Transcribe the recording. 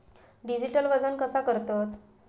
Digital वजन कसा करतत?